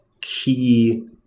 key